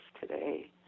today